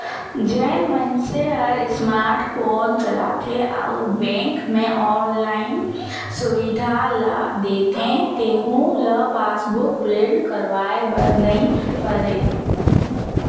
जेन मइनसे हर स्मार्ट फोन चलाथे अउ बेंक मे आनलाईन सुबिधा ल देथे तेहू ल पासबुक प्रिंट करवाये बर नई परे